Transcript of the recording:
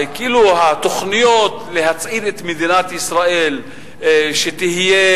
התוכניות להצעיד את מדינת ישראל שתהיה